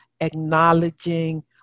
acknowledging